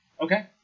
Okay